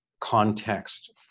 context